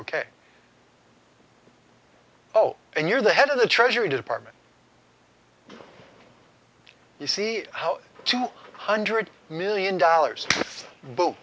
ok oh and you're the head of the treasury department you see how two hundred million dollars b